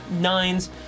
nines